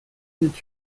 est